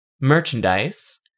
merchandise